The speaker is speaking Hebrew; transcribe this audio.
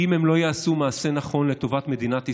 אם הם לא יעשו מעשה נכון לטובת מדינת ישראל,